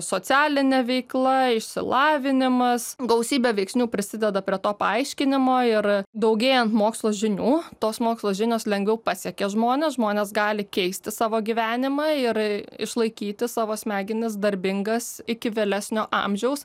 socialinė veikla išsilavinimas gausybė veiksnių prisideda prie to paaiškinimo ir daugėjan mokslo žinių tos mokslo žinios lengviau pasiekia žmones žmonės gali keisti savo gyvenimą ir išlaikyti savo smegenis darbingas iki vėlesnio amžiaus